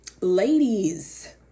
Ladies